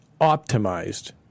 optimized